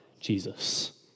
Jesus